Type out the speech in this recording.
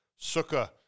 sukkah